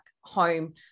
home